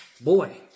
Boy